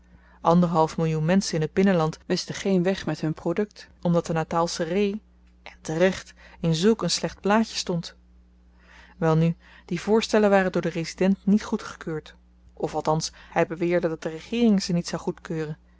anderhalf millioen menschen in t binnenland wisten geen weg met hun produkt omdat de natalsche ree en terecht in zulk een slecht blaadje stond welnu die voorstellen waren door den resident niet goedgekeurd of althans hy beweerde dat de regeering ze niet zou goedkeuren